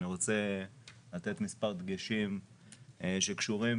אני רוצה לתת מספר דגשים שקשורים